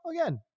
again